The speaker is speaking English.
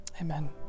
Amen